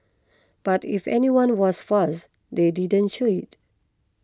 but if anyone was fazed they didn't show it